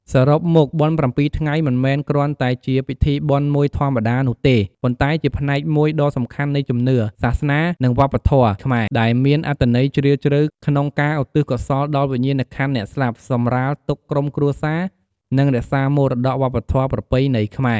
សរុបមក បុណ្យប្រាំពីរថ្ងៃ មិនមែនគ្រាន់តែជាពិធីបុណ្យមួយធម្មតានោះទេ ប៉ុន្តែជាផ្នែកមួយដ៏សំខាន់នៃជំនឿ សាសនា និងវប្បធម៌ខ្មែរ ដែលមានអត្ថន័យជ្រាលជ្រៅក្នុងការឧទ្ទិសកុសលដល់វិញ្ញាណក្ខន្ធអ្នកស្លាប់ សម្រាលទុក្ខក្រុមគ្រួសារ និងរក្សាមរតកវប្បធម៌ប្រពៃណីខ្មែរ។